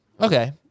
Okay